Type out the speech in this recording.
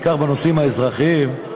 בעיקר בנושאים האזרחיים,